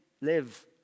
live